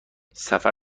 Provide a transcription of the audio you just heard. سفر